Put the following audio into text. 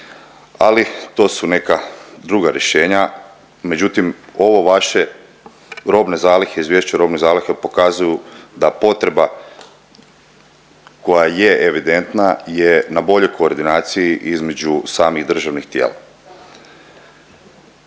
ali to su neka druga rješenja, međutim ovo vaše robne zalihe, izvješće o robne zalihe pokazuju da potreba koja je evidentna je na boljoj koordinaciji između samih državnih tijela.